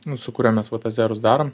nu su kuriuo mes vat azerus darom